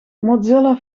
mozilla